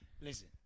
Listen